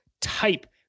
type